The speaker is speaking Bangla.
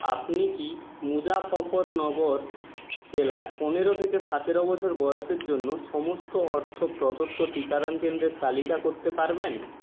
আপনি কি মুজফফরনগর জেলার পনেরো থেকে সাতেরো বছর বয়সের জন্য সমস্ত অর্থ প্রদত্ত টিকাদান কেন্দ্রের তালিকা করতে পারবেন